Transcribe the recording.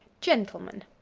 gentleman.